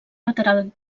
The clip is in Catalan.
lateral